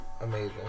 amazing